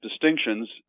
distinctions